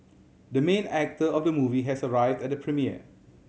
the main actor of the movie has arrived at the premiere